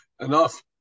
enough